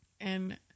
and-